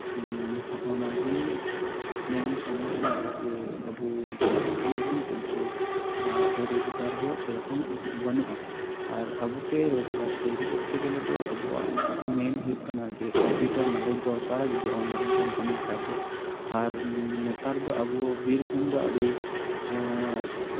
ᱚᱱᱟᱜᱮ ᱢᱮᱱ ᱥᱚᱢᱚᱥᱟ ᱫᱚ ᱡᱮ ᱟᱵᱚ ᱯᱟᱲᱦᱟᱜ ᱠᱟᱱᱟᱵᱚᱱ ᱠᱤᱱᱛᱩ ᱨᱳᱡᱽᱜᱟᱨ ᱦᱚᱸ ᱥᱮᱨᱚᱠᱚᱢ ᱵᱟᱹᱱᱩᱜᱼᱟ ᱟᱨ ᱟᱵᱚᱛᱮ ᱨᱳᱡᱽᱜᱟᱨ ᱛᱚᱹᱭᱨᱤ ᱠᱚᱨᱛᱮ ᱜᱮᱞᱮ ᱫᱚ ᱟᱵᱚᱣᱟᱜ ᱢᱮᱱ ᱦᱩᱭᱩᱜ ᱠᱟᱱᱟ ᱡᱮ ᱠᱚᱢᱯᱤᱭᱩᱴᱟᱨ ᱱᱚᱞᱮᱡ ᱫᱚᱨᱠᱟᱨᱟ ᱡᱚᱫᱤ ᱚᱱᱞᱟᱭᱤᱱ ᱛᱮᱢ ᱠᱟᱹᱢᱤᱭ ᱠᱷᱟᱱ ᱫᱚ ᱟᱨ ᱱᱮᱛᱟᱨ ᱫᱚ ᱟᱵᱚ ᱵᱤᱨᱵᱷᱩᱢ ᱫᱚ ᱟᱹᱰᱤ